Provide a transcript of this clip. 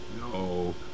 No